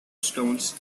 stones